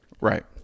Right